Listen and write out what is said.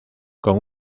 con